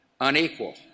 unequal